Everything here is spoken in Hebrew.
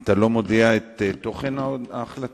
אתה לא מודיע את תוכן ההחלטה?